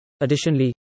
Additionally